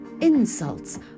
insults